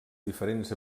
diferents